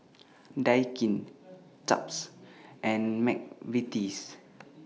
Daikin Chaps and Mcvitie's